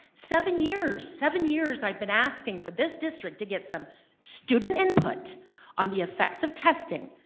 seven years! seven years i've been asking for this district to get some student input on the effects of testing.